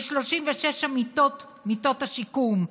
ל-36 מיטות השיקום.